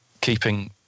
keeping